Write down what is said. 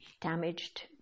damaged